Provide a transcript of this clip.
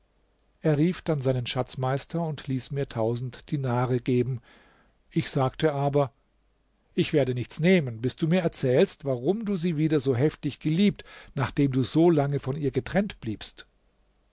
er rief dann seinen schatzmeister und ließ mir tausend dinare geben ich sagte aber ich werde nichts nehmen bis du mir erzählst warum du sie wieder so heftig geliebt nachdem du solange von ihr getrennt bliebst